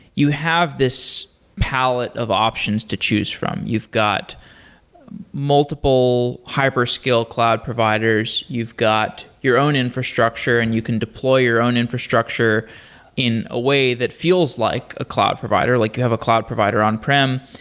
you have this palette of options to choose from. you've got multiple hyper-skill cloud providers. you've got your own infrastructure and you can deploy your own infrastructure in a way that feels like a cloud provider. like you have a cloud provider on-prem.